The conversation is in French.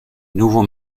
nouveau